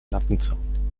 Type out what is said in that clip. lattenzaun